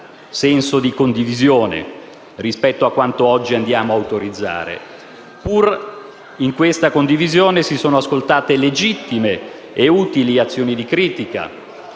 senso di condivisione rispetto a quanto oggi andiamo ad autorizzare. Pur in questa condivisione, si sono ascoltate legittime e utili azioni di critica